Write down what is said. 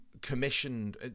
commissioned